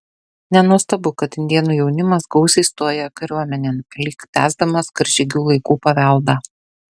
nenuostabu kad indėnų jaunimas gausiai stoja kariuomenėn lyg tęsdamas karžygių laikų paveldą